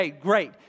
Great